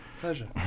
pleasure